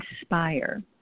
inspire